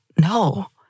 No